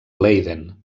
leiden